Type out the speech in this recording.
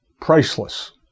priceless